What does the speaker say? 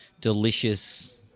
delicious